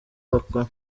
bakora